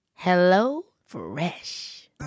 HelloFresh